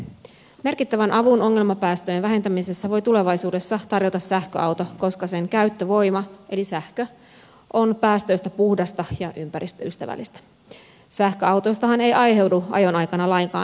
merkittävän avun ongelmapäästöjen vähentämisessä voi tulevaisuudessa tarjota sähköauto koska sen käyttövoima eli sähkö on päästöistä puhdasta ja ympäristöystävällistä sähköautoistahan ei aiheudu ajon aikana lainkaan hiilidioksidipäästöjä